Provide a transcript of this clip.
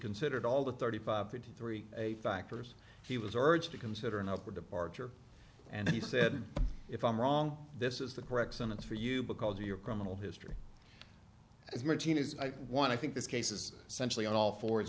considered all the thirty five fifty three a factors he was urged to consider and over departure and he said if i'm wrong this is the correct sentence for you because of your criminal history as martinez i want to think this case is centrally on all fours